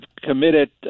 committed